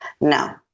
No